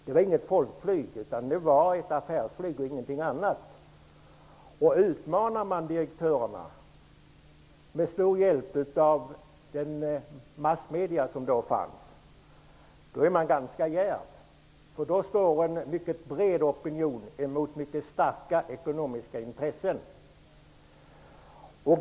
Det var inget folkflyg utan ett affärsflyg och ingenting annat. Om man utmanade direktörerna, med det stora stöd som de hade i de massmedier som då fanns, var man ganska djärv. Då stod en mycket bred opinion mot mycket starka ekonomiska intressen.